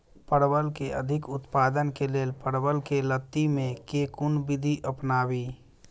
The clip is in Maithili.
परवल केँ अधिक उत्पादन केँ लेल परवल केँ लती मे केँ कुन विधि अपनाबी?